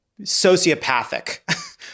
sociopathic